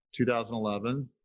2011